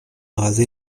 raser